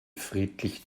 friedlich